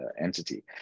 entity